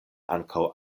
ankaŭ